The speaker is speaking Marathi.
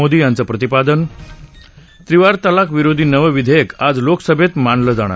मोदी यांचं प्रतिपादन त्रिवार तलाक विरोधी नवं विधेयक आज लोकसभेत मांडलं जाणार